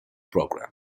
program